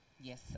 Yes